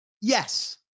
Yes